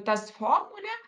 tas formulė